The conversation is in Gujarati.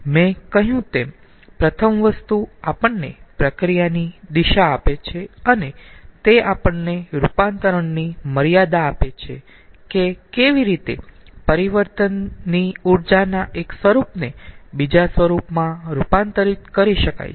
મેં કહ્યું તેમ પ્રથમ વસ્તુ આપણને પ્રક્રિયાની દિશા આપે છે અને તે આપણને રૂપાંતરણની મર્યાદા આપે છે કે કેવી રીતે પરિવર્તનની ઊર્જાના એક સ્વરૂપને બીજા સ્વરૂપમાં રૂપાંતરિત કરી શકાય છે